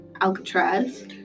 Alcatraz